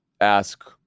ask